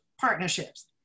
partnerships